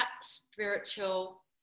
spiritual